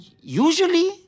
Usually